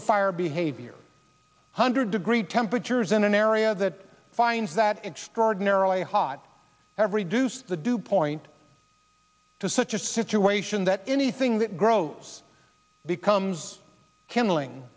the fire behavior hundred degree temperatures in an area that finds that extraordinarily hot every duce the dew point to such a situation that anything that grows becomes